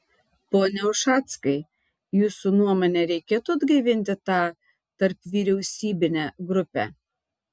pone ušackai jūsų nuomone reikėtų atgaivinti tą tarpvyriausybinę grupę